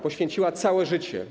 Poświęciła mu całe życie.